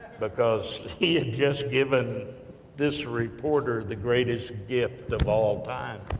because he had just given this reporter, the greatest gift of all time,